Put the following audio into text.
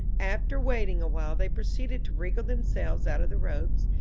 after waiting a while they proceeded to wriggle themselves out of the ropes,